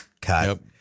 cut